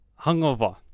Hungover